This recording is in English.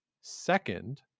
second